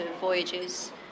voyages